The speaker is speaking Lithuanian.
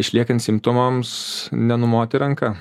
išliekant simptomams nenumoti ranka